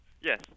Yes